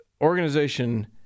organization